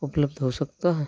उपलब्ध हो सकता है